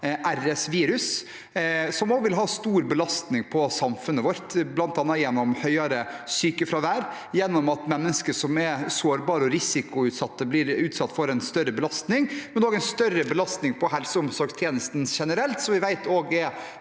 vil bety en stor belastning på samfunnet vårt, bl.a. gjennom høyere sykefravær og at mennesker som er sårbare og risikoutsatte, blir utsatt for en større belastning, og det vil også bety en større belastning på helseog omsorgstjenesten generelt, som vi vet er